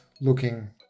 looking